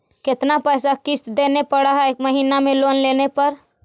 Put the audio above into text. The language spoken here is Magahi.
कितना पैसा किस्त देने पड़ है महीना में लोन लेने पर?